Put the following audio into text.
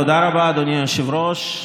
תודה רבה, אדוני היושב-ראש.